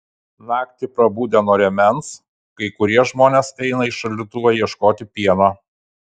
naktį prabudę nuo rėmens kai kurie žmonės eina į šaldytuvą ieškoti pieno